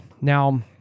Now